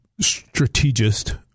strategist